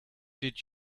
did